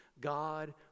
God